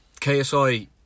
KSI